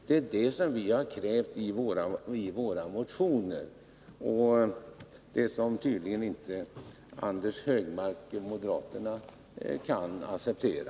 Det är det vi har krävt i våra motioner — något som Anders Högmark och moderaterna tydligen inte kan acceptera.